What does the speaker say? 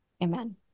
Amen